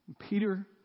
Peter